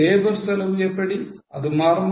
labour செலவு எப்படி அது மாறுமா